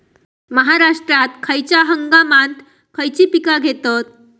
महाराष्ट्रात खयच्या हंगामांत खयची पीका घेतत?